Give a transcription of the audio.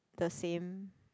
the same